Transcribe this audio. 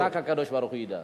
זה רק הקדוש-ברוך-הוא ידע.